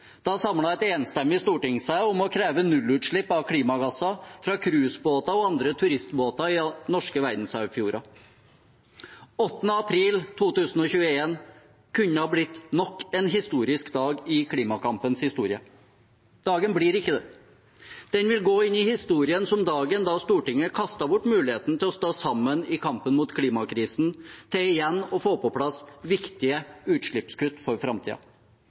Da samlet et enstemmig storting seg om å kreve null utslipp av klimagasser fra cruisebåter og andre turistbåter i norske verdensarvfjorder. Den 8. april 2021 kunne ha blitt nok en historisk dag i klimakampens historie. Dagen blir ikke det. Den vil gå inn i historien som dagen da Stortinget kastet bort muligheten til å stå sammen i kampen mot klimakrisen og til igjen å få på plass viktige utslippskutt for